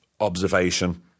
observation